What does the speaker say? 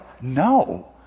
No